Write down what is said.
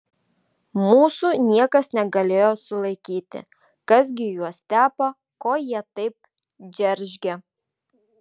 mūsų niekas negalėjo sulaikyti kas gi juos tepa ko jie taip džeržgia